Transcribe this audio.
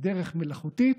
בדרך מלאכותית,